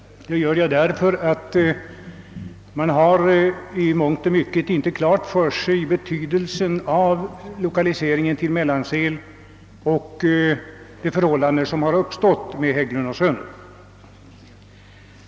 Anledningen är att man ofta inte har klart för sig betydelsen av lokaliseringen till Mellansel och de förhållanden som har uppstått på grund av Hägglundsaffären.